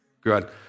Good